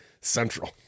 central